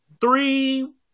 three